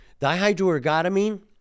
Dihydroergotamine